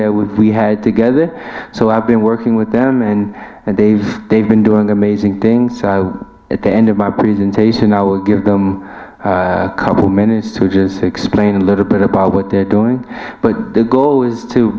would we had together so i've been working with them and they've they've been doing amazing things at the end of my presentation i will give them a couple minutes to just explain a little bit about what they're doing but their goal is to